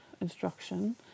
instruction